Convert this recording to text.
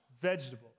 vegetables